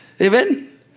Amen